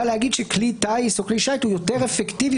להגיד שכלי טיס או כלי שיט הוא יותר אפקטיבי,